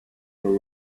were